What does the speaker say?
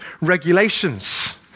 regulations